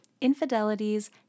infidelities